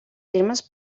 firmes